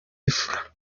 fla